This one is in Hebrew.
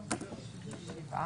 שבעה.